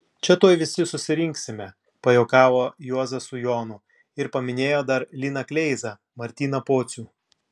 čia tuoj visi susirinksime pajuokavo juozas su jonu ir paminėjo dar liną kleizą martyną pocių